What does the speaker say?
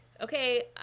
okay